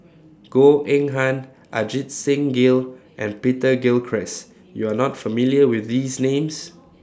Goh Eng Han Ajit Singh Gill and Peter Gilchrist YOU Are not familiar with These Names